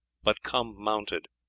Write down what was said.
but come mounted.